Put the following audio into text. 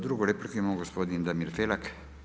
Drugu repliku ima gospodin Damir Felak.